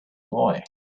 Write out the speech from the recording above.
boy